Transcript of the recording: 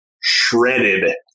shredded